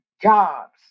jobs